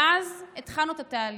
ואז התחלנו את התהליך,